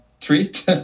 treat